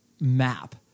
map